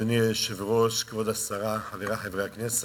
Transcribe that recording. אדוני היושב-ראש, כבוד השרה, חברי חברי הכנסת,